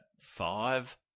five